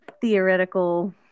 theoretical